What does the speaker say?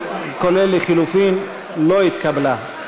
כולל לחלופין, לא התקבלה.